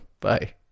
Bye